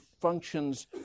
functions